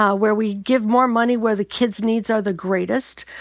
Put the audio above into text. um where we give more money where the kids' needs are the greatest.